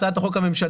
הצעת החוק הממשלתית.